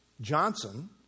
Johnson